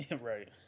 Right